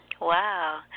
Wow